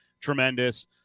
tremendous